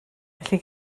felly